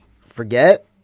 forget